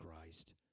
Christ